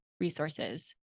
resources